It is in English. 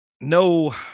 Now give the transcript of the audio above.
no